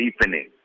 deepening